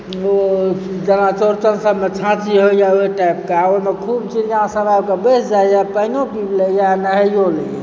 ओ जेना चौड़चन सबमे छाँछी होइए ओहि टाइपके आ ओहिमे खूब चिड़िया सब आबि कऽ बैस जाइए पानिओ पीब लए यऽ आ नहैयो लए यऽ